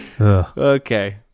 Okay